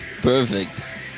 Perfect